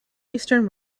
eastern